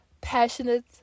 passionate